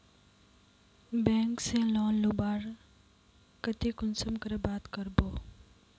Bank से loan लुबार केते कुंसम करे बात करबो?